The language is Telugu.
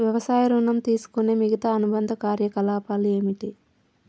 వ్యవసాయ ఋణం తీసుకునే మిగితా అనుబంధ కార్యకలాపాలు ఏమిటి?